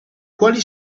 quali